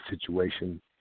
situation